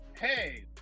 hey